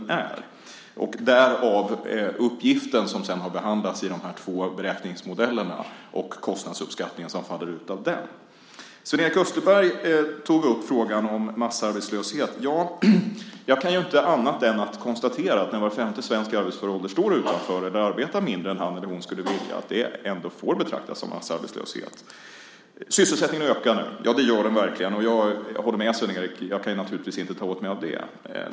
Därifrån kommer den uppgift som har behandlats i de två beräkningsmodellerna och den kostnadsuppskattning som faller ut av dem. Sven-Erik Österberg tog upp frågan om massarbetslöshet. Jag kan inte annat än att konstatera att var femte svensk i arbetsför ålder står utanför arbetsmarknaden eller arbetar mindre än han eller hon skulle vilja. Det får ändå betraktas som massarbetslöshet. Sysselsättningen ökar nu. Det gör den verkligen, och jag håller med Sven-Erik om att jag naturligtvis inte kan ta åt mig av det.